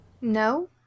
No